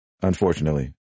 unfortunately